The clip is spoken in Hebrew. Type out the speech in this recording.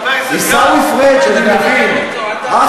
עיסאווי פריג', אני מבין.